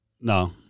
No